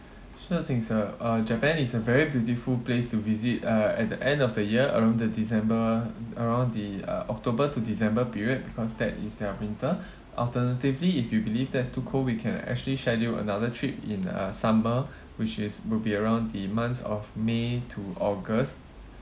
sure thing sir uh japan is a very beautiful place to visit uh at the end of the year around the december around the uh october to december period because that is their winter alternatively if you believe that's too cold we can actually schedule another trip in uh summer which is will be around the months of may to august